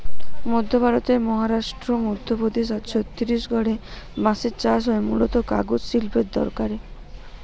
মধ্য ভারতের মহারাষ্ট্র, মধ্যপ্রদেশ আর ছত্তিশগড়ে বাঁশের চাষ হয় মূলতঃ কাগজ শিল্পের দরকারে